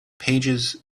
pages